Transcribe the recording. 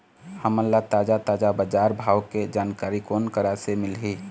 हमन ला ताजा ताजा बजार भाव के जानकारी कोन करा से मिलही?